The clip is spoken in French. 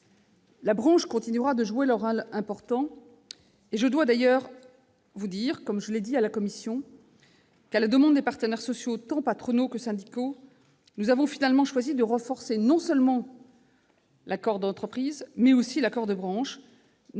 La branche continuera de jouer un rôle important, et je dois d'ailleurs vous dire, comme je l'ai déjà fait devant la commission, qu'à la demande des partenaires sociaux, tant patronaux que syndicaux, nous avons finalement choisi de renforcer non seulement l'accord d'entreprise, mais également l'accord de branche,